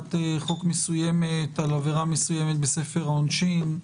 בהצעת חוק מסוימת על עבירה מסוימת בספר העונשין.